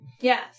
Yes